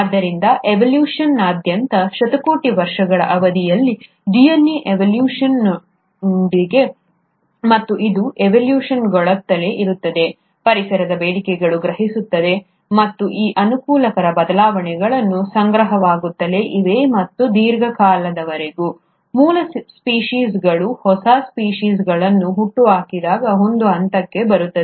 ಆದ್ದರಿಂದ ಎವೊಲ್ಯೂಶನ್ನದಾದ್ಯಂತ ಶತಕೋಟಿ ವರ್ಷಗಳ ಅವಧಿಯಲ್ಲಿ DNA ಎವೊಲ್ಯೂಶನ್ನಗೊಂಡಿತು ಮತ್ತು ಅದು ಗೊಳ್ಳುತ್ತಲೇ ಇರುತ್ತದೆ ಪರಿಸರದ ಬೇಡಿಕೆಗಳನ್ನು ಗ್ರಹಿಸುತ್ತದೆ ಮತ್ತು ಈ ಅನುಕೂಲಕರ ಬದಲಾವಣೆಗಳು ಸಂಗ್ರಹವಾಗುತ್ತಲೇ ಇವೆ ಮತ್ತು ದೀರ್ಘಕಾಲದವರೆಗೆ ಮೂಲ ಸ್ಪೀಷೀಸ್ಗಳು ಹೊಸ ಸ್ಪೀಷೀಸ್ಗಳನ್ನು ಹುಟ್ಟುಹಾಕಿದಾಗ ಒಂದು ಹಂತಕ್ಕೆ ಬರುತ್ತದೆ